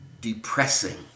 depressing